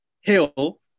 Hill